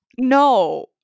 No